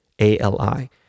ALI